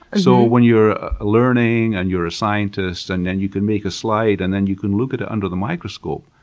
so, when you're learning, and you're a scientist, and then you can make a slide, and then you can look at it under the microscope,